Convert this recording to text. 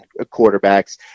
quarterbacks